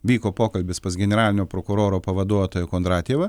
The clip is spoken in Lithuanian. vyko pokalbis pas generalinio prokuroro pavaduotoją kondratjevą